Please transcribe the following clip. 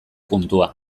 puntua